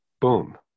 boom